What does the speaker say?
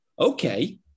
okay